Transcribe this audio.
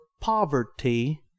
poverty